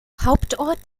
hauptort